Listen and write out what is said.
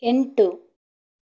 ಎಂಟು